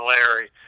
Larry